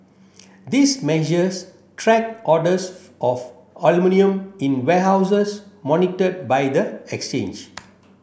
this measures track orders of aluminium in warehouses monitored by the exchange